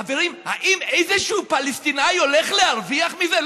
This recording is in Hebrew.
חברים, האם איזשהו פלסטיני הולך להרוויח מזה?